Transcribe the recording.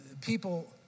people